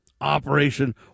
Operation